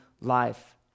life